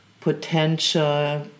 potential